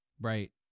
Right